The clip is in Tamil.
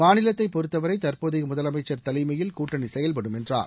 மாநிலத்தை பொறுத்தவரை தற்போதைய முதலமைச்சர் தலைமையில் கூட்டணி செயல்படும் என்றார்